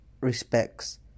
respects